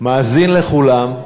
ומאזין לכולם.